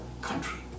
country